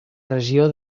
regió